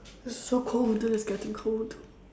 it's so cold this is getting cold